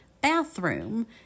bathroom